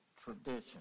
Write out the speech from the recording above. tradition